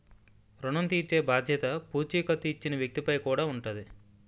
ఋణం తీర్చేబాధ్యత పూచీకత్తు ఇచ్చిన వ్యక్తి పై కూడా ఉంటాది